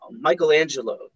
Michelangelo